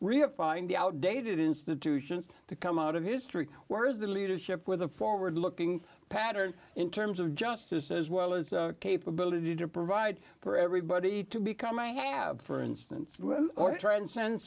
reifying the outdated institutions to come out of history where is the leadership with a forward looking pattern in terms of justice as well as capability to provide for everybody to become i have for instance or tr